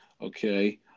okay